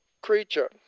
creature